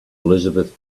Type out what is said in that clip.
elizabeth